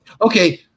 Okay